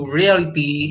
reality